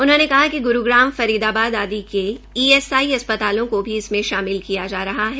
उन्होंने कहा कि ग्रूग्राम फरीदाबाद आदि के ईएसआई अस्पतालों को भी इसमें शामिल किया जा रहा है